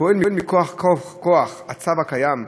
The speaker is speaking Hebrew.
הפועלת מכוח הצו הקיים והחוק,